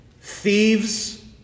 thieves